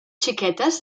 xiquetes